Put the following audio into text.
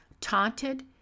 Taunted